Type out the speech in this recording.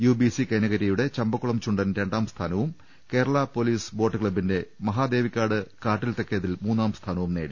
UBC Kainakari യുടെ ചമ്പക്കുളം ചുണ്ടൻ രണ്ടാം സ്ഥാനവും കേരള പൊലീ സ്ബോട്ട് ക്ലബ്ബിന്റെ മഹാദേവിക്കാട് കാട്ടിൽതെക്കേതിൽ മൂന്നാം സ്ഥാനവും നേടി